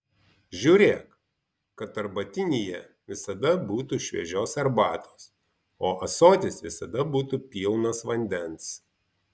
žiūrėk kad arbatinyje visada būtų šviežios arbatos o ąsotis visada būtų pilnas vandens